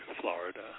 Florida –